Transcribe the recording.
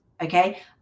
okay